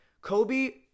Kobe